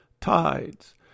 tides